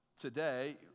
today